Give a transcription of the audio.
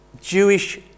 Jewish